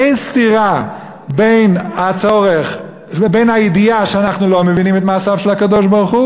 אין סתירה בין הידיעה שאנחנו לא מבינים את מעשיו של הקדוש-ברוך-הוא